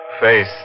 face